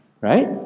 right